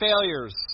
failures